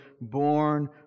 born